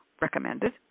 recommended